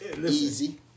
Easy